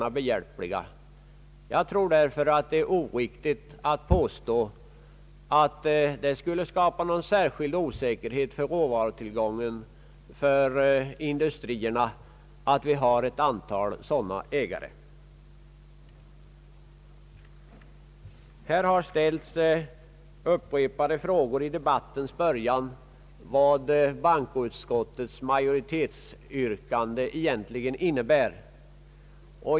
Jag anser därför att det är oriktigt att påstå att det förhållandet att det finns ett antal ägare av den kategori det här gäller skulle skapa någon särskild osäkerhet beträffande råvarutillgången till industrierna. Här har i debattens början ställts upprepade frågor om vad bankoutskottets majoritetsyrkande egentligen innebär.